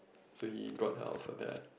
so he brought her out for that